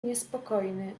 niespokojny